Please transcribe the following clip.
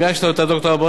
כך שכיוונו,